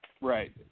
Right